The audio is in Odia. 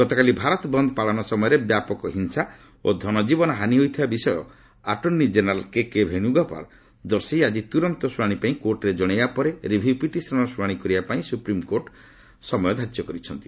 ଗତକାଲି ଭାରତ ବନ୍ ପାଳନ ସମୟରେ ବ୍ୟାପକ ହିଂସା ଓ ଧନଜୀବନ ହାନି ହୋଇଥିବା ବିଷୟ ଆଟର୍ଣ୍ଣି ଜେନେରାଲ୍ କେକେ ଭେନୁଗୋପାଳ ଦର୍ଶାଇ ଆଜି ତୁରନ୍ତ ଶୁଣାଣି ପାଇଁ କୋର୍ଟରେ ଜଣାଇବା ପରେ ରିଭ୍ୟୁ ପିଟିସନ୍ର ଶୁଣାଣି କରିବା ପାଇଁ ସୁପ୍ରିମକୋର୍ଟ ସମୟ ଧାର୍ଯ୍ୟ କରିଛନ୍ତି